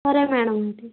సరే మేడం అయితే